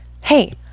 hey